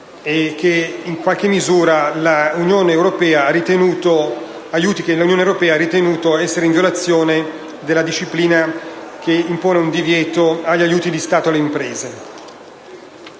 europea in qualche misura ha ritenuto essere in violazione della disciplina che impone un divieto agli aiuti di Stato alle imprese.